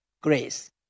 Grace